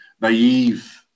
naive